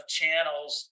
channels